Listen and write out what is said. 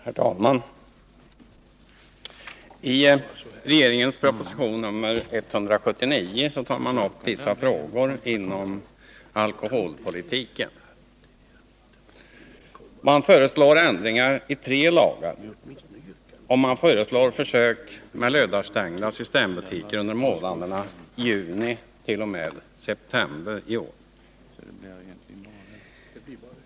Herr talman! I regeringens proposition nr 179 tar man upp vissa frågor inom alkoholpolitiken. Man föreslår ändringar i tre lagar, och man föreslår försök med lördagsstängda systembutiker under månaderna juni — september.